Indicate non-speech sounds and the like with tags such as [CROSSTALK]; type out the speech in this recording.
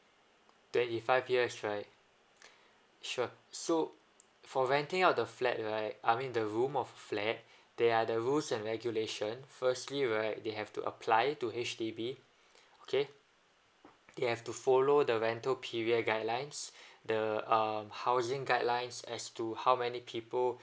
twenty five years right sure so for renting out the flat right I mean the room of flat there are the rules and regulation firstly right they have to apply to H_D_B okay they have to follow the rental period guidelines [BREATH] the um housing guidelines as to how many people